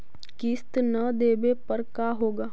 किस्त न देबे पर का होगा?